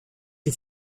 you